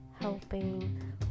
helping